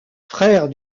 frère